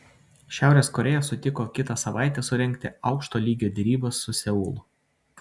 šiaurės korėja sutiko kitą savaitę surengti aukšto lygio derybas su seulu